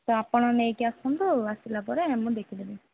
ତ ଆପଣ ନେଇକି ଆସନ୍ତୁ ଆସିଲା ପରେ ମୁଁ ଦେଖିଦେବି